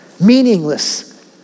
Meaningless